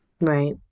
Right